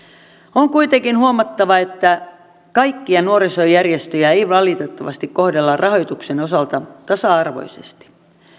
on kuitenkin huomattava että kaikkia nuorisojärjestöjä ei valitettavasti kohdella rahoituksen osalta tasa arvoisesti